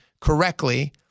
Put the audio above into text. correctly